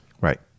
Right